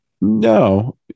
No